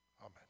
Amen